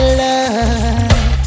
love